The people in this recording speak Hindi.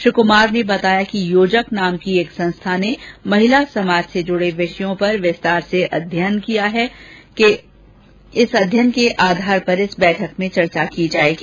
श्री क्मार ने बताया कि योजक नाम की एक संस्था ने महिला समाज से जुड़े विषयों पर विस्तार से अध्ययन किया है उस अध्ययन के आधार पर इस बैठक में चर्चा की जाएगी